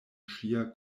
ŝia